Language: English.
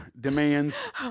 demands